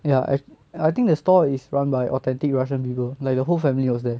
ya I I think the stall is run by authentic russian people like the whole family was there